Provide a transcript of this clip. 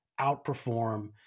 outperform